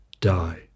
die